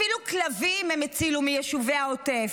אפילו כלבים הם הצילו מיישובי העוטף.